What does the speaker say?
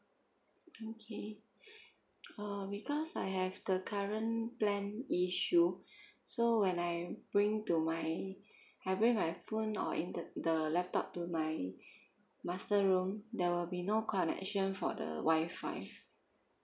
okay uh because I have the current plan issue so when I bring to my I bring my phone or inter~ the laptop to my master room there will be no connection for the wifi